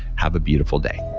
have a beautiful day.